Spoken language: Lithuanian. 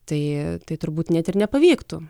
tai tai turbūt net ir nepavyktų